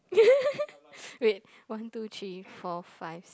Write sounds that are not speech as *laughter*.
*laughs* wait one two three four five